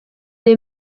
est